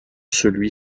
celui